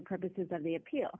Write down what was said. purposes of the appeal